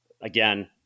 again